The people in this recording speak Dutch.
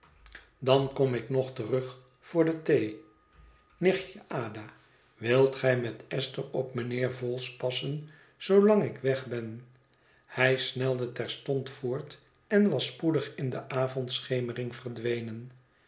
dan kom ik nog terug mijnheer vholes voor de thee nichtje ada wilt gij met esther op mijnheer vholes passen zoolang ik weg ben hij snelde terstond voort en was spoedig in de avondschemering verdwenen